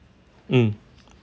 mm